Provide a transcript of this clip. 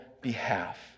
behalf